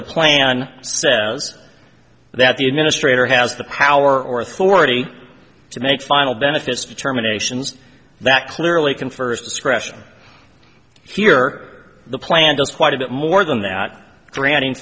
the plan says that the administrator has the power or authority to make final benefits determinations that clearly confers discretion here the plan does quite a bit more than that granting